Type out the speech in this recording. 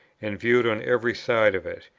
and viewed on every side of it,